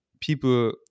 people